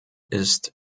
ist